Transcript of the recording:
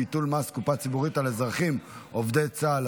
ביטול מס קופה ציבורית על אזרחים עובדי צה"ל),